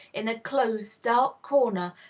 in a close, dark corner,